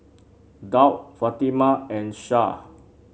Daud Fatimah and Shah